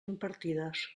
impartides